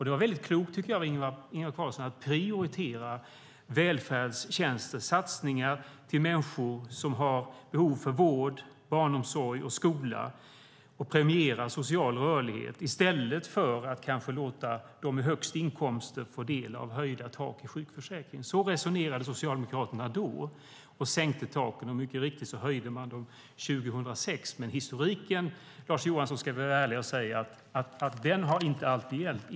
Det var väldigt klokt av Ingvar Carlsson att prioritera välfärdstjänster och satsningar till människor med behov av vård, barnomsorg och skola och premiera social rörlighet i stället för att kanske låta dem med högst inkomster få del av höjda tak i sjukförsäkringen. Så resonerade Socialdemokraterna då och sänkte taken. Mycket riktigt höjde man dem 2006, men med tanke på historiken, Lars Johansson, ska vi vara ärliga och säga att detta inte alltid har gällt.